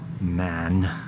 man